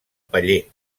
paller